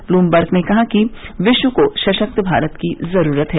Bloomberg ने कहा कि विश्व को सशक्त भारत की जरूरत है